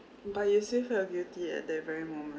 but you still felt guilty at that very moment